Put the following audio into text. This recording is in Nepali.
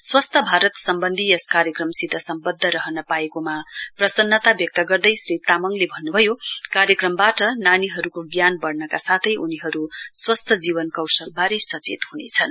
स्वस्थ भारत सम्वन्धी यस कार्यक्रमसित सम्बद्य रहन पाएकोमा प्रसन्नता व्यक्त गर्दै श्री तामाङले भन्नुभयो कार्यक्रमबाट नानीहरुको ज्ञान बढ़नका साथै उनीहरु स्वस्थ जीवन कौशलवारेल सचेत हुनेछन्